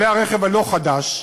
בעלי הרכב הלא-חדש,